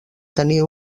tenir